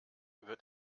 wird